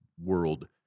world